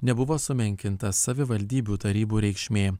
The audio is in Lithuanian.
nebuvo sumenkinta savivaldybių tarybų reikšmė